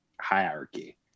hierarchy